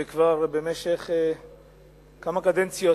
וכבר במשך כמה קדנציות,